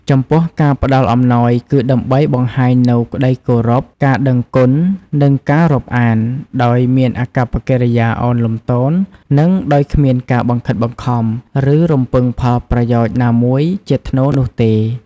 ចំពោះការផ្ដល់អំណោយគឺដើម្បីបង្ហាញនូវ ក្តីគោរព ការដឹងគុណ និងការរាប់អាន ដោយមានអាកប្បកិរិយាឱនលំទោន និងដោយគ្មានការបង្ខិតបង្ខំ ឬរំពឹងផលប្រយោជន៍ណាមួយជាថ្នូរនោះទេ។